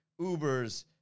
Ubers